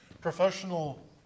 professional